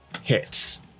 hits